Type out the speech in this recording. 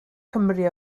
cymru